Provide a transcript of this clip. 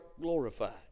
glorified